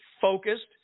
focused